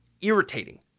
irritating